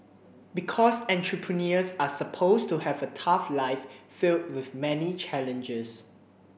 because entrepreneurs are supposed to have a tough life filled with many challenges